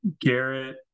garrett